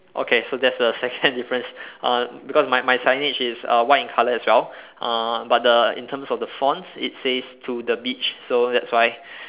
okay so that's the second difference uh because my my signage is uh white in colour as well uh but the in terms of the fonts it says to the beach so that's why